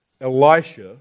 Elisha